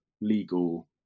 legal